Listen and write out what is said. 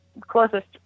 closest